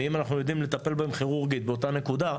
ואם אנחנו יודעים לטפל בהם כירורגית באותה נקודה,